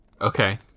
Okay